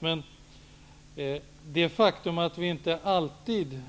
Men det faktum att vi inte alltid